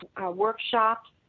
workshops